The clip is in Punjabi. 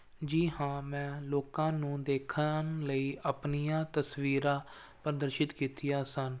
ਜੀ ਹਾਂ ਮੈਂ ਲੋਕਾਂ ਨੂੰ ਦੇਖਣ ਲਈ ਆਪਣੀਆਂ ਤਸਵੀਰਾਂ ਪ੍ਰਦਰਸ਼ਿਤ ਕੀਤੀਆਂ ਸਨ